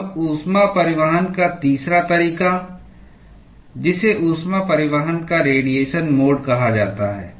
अब ऊष्मा परिवहन का तीसरा तरीका जिसे ऊष्मा परिवहन का रेडीएशन मोड कहा जाता है